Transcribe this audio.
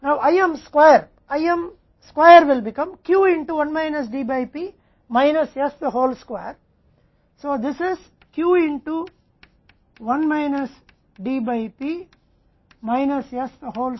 और फिर हम इसे Q के संबंध में आंशिक रूप से अलग करते हैं और फिर एस के लिए मूल्य का विकल्प देते हैं और अंतिम पाने की कोशिश करते हैं